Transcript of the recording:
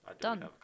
Done